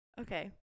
Okay